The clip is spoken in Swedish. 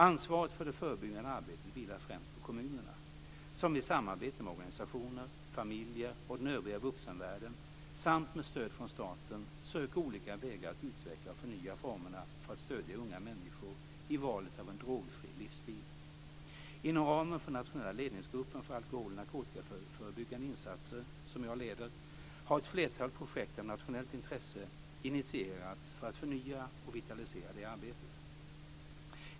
Ansvaret för det förebyggande arbetet vilar främst på kommunerna, som i samarbete med organisationer, familjer och den övriga vuxenvärlden samt med stöd från staten söker olika vägar att utveckla och förnya formerna för att stödja unga människor i valet av en drogfri livsstil. Inom ramen för Nationella ledningsgruppen för alkohol och narkotikaförebyggande insatser, som jag leder, har ett flertal projekt av nationellt intresse initierats för att förnya och vitalisera det arbetet.